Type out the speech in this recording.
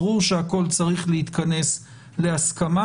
ברור שהכול צריך להתכנס להסכמה.